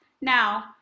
now